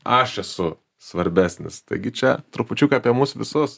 aš esu svarbesnis taigi čia trupučiuką apie mus visus